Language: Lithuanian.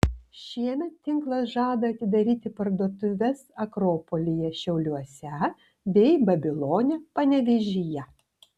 šiemet tinklas žada atidaryti parduotuves akropolyje šiauliuose bei babilone panevėžyje